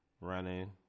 Running